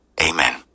Amen